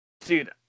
dude